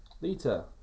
Lita